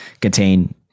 contain